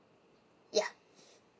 ya